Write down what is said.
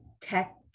tech